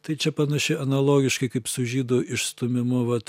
tai čia panašiai analogiškai kaip su žydų išstūmimu vat